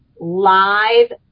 live